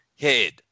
head